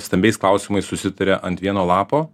stambiais klausimais susitaria ant vieno lapo